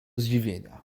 zdziwienia